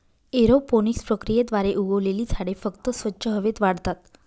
aeroponics प्रक्रियेद्वारे उगवलेली झाडे फक्त स्वच्छ हवेत वाढतात